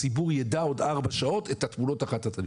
הציבור ידע עוד ארבע שעות את התמונות החטטניות.